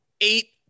eight